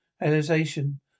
realization